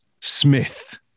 Smith